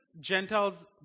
Gentiles